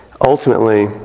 Ultimately